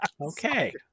Okay